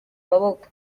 amaboko